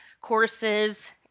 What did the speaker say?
courses